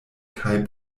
kaj